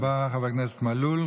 תודה רבה, חבר הכנסת מלול.